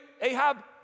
Ahab